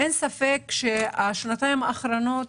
אין ספק שהשנתיים האחרונות